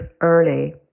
early